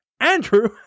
Andrew